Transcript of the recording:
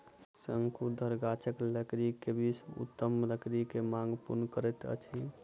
शंकुधर गाछक लकड़ी विश्व के अधिकतम लकड़ी के मांग पूर्ण करैत अछि